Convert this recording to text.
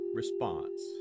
response